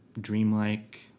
dreamlike